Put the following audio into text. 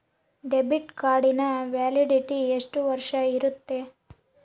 Debit ಕಾರ್ಡಿನ validity ಎಷ್ಟು ವರ್ಷ ಇರುತ್ತೆ?